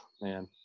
man